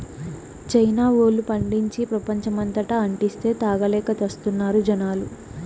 China వోల్లు పండించి, ప్రపంచమంతటా అంటిస్తే, తాగలేక చస్తున్నారు జనాలు